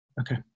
Okay